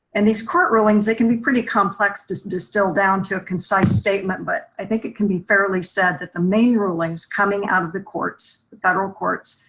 and these court rulings that can be pretty complex just distill down to a concise statement. but i think it can be fairly said that the main rulings coming out of the courts, the federal courts,